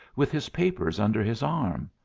with his papers under his arm.